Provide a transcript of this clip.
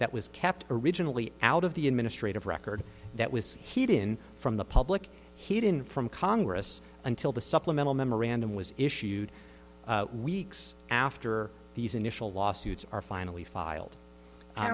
that was kept originally out of the administrative record that was heat in from the public hidden from congress until the supplemental memorandum was issued weeks after these initial lawsuits are finally filed i